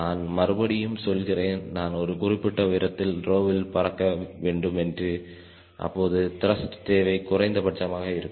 நான் மறுபடியும் சொல்கிறேன் நான் ஒரு குறிப்பிட்ட உயரத்தில் ரோவில் பறக்க வேண்டும் என்று அப்போது த்ருஷ்ட் தேவை குறைந்த பட்சமாக இருக்கும்